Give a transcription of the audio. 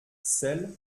sel